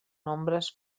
nombres